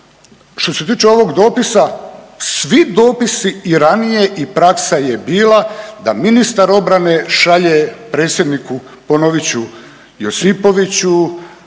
Što se tiče ovog dopisa, svi dopisi i ranije i praksa je bila da ministar obrane šalje Predsjedniku, ponovit ću Josipoviću,